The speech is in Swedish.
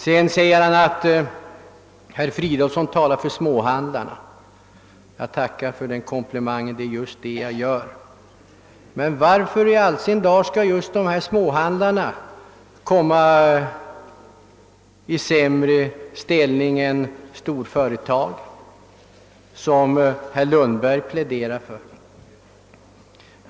Herr Lundberg sade vidare att jag talar för vissa grupper småhandlare. Men varför skall — genom den befintliga konkurrensbegränsning som föreligger — småhandlarna ha en sämre ställning än de stora varuhusen som herr Lundberg pläderar för?